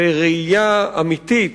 בראייה אמיתית